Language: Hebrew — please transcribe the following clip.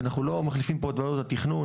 אנחנו לא מחליפים פה את ועדות התכנון,